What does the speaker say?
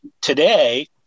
today